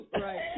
Right